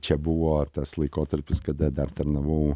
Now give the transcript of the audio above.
čia buvo tas laikotarpis kada dar tarnavau